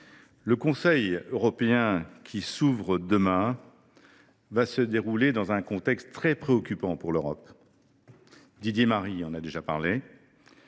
le Conseil européen qui s’ouvre demain va se dérouler dans un contexte très préoccupant pour l’Europe. Didier Marie en a déjà parlé.